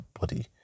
body